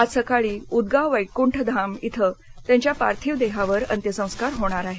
आज सकाळी उदगांव वैकुठधाम धिं त्यांच्या पार्थिव देहावर अंत्यसंस्कार होणार आहेत